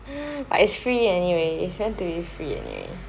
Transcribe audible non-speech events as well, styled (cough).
(breath) but it's free anyway it's meant to be free anyway